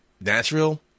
Nashville